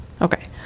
okay